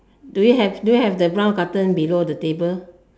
do you have do you have the brown carton below the table